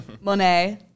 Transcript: Monet